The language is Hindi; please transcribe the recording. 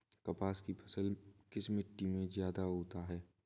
कपास की फसल किस मिट्टी में ज्यादा होता है?